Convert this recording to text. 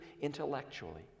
intellectually